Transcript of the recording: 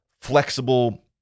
flexible